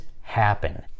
happen